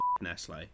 nestle